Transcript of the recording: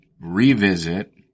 revisit